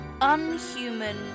unhuman